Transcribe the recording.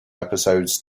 episodes